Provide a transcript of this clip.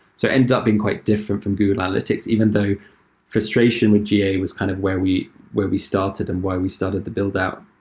so ended up being quite different from google analytics even though frustration with ga was kind of where we where we started and why we started to build out.